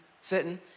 sitting